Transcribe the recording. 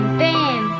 bam